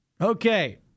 Okay